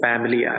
family